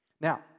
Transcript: Now